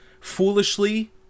foolishly